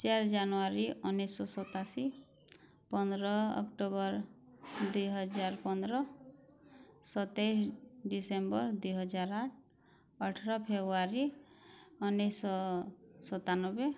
ଚାରି ଜାନୁଆରୀ ଉଣେଇଶି ଶହ ସତାଅଶୀ ପନ୍ଦର ଅକ୍ଟୋବର ଦୁଇ ହଜାର ପନ୍ଦର ସତେଇଶି ଡିସେମ୍ବର ଦୁଇ ହଜାର ଅଠର ଫେବୃୟାରୀ ଉଣେଇଶି ଶହ ସତାନବେ